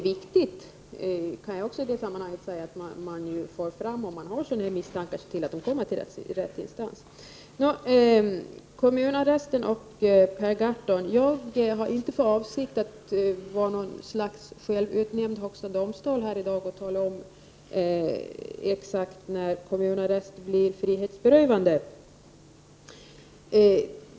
Om man har sådana misstankar, är det viktigt att de förs fram till rätt instans. Per Gahrton talade om kommunarresten. Jag har inte för avsikt att här i dag vara något slags självutnämnd högsta domstol och avgöra exakt när kommunarrest övergår till frihetsberövande.